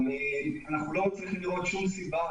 ואנחנו לא מצליחים לראות שום סיבה